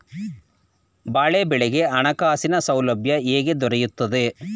ಬಾಳೆ ಬೆಳೆಗೆ ಹಣಕಾಸಿನ ಸೌಲಭ್ಯ ಹೇಗೆ ದೊರೆಯುತ್ತದೆ?